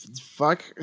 Fuck